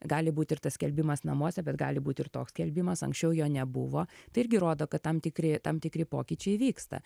gali būt ir tas skelbimas namuose bet gali būt ir toks skelbimas anksčiau jo nebuvo tai irgi rodo kad tam tikri tam tikri pokyčiai vyksta